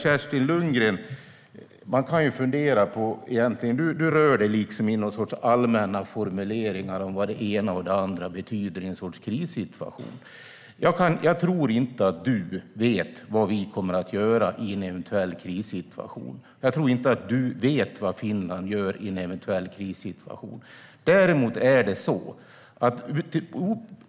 Kerstin Lundgren, du rör dig med allmänna formuleringar om vad det ena eller andra betyder i en krissituation. Jag tror inte att du vet vad vi kommer att göra i en eventuell krissituation. Jag tror inte att du vet vad Finland gör i en eventuell krissituation.